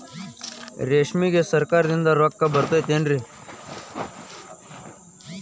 ರೇಷ್ಮೆಗೆ ಸರಕಾರದಿಂದ ರೊಕ್ಕ ಬರತೈತೇನ್ರಿ?